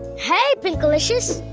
hey, pinkalicious.